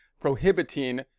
prohibiting